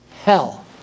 hell